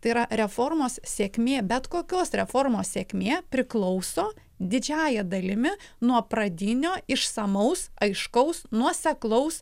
tai yra reformos sėkmė bet kokios reformos sėkmė priklauso didžiąja dalimi nuo pradinio išsamaus aiškaus nuoseklaus